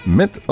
met